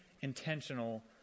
intentional